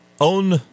own